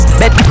bet